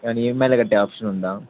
కానీ ఇఎంఐలో కట్టే ఆప్షన్ ఉందా